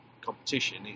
Competition